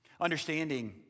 understanding